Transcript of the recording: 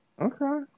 Okay